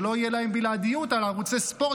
שלא תהיה להן בלעדיות על ערוצי הספורט,